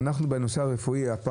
נעמי, אלה נושאים רפואיים.